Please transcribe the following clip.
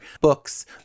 Books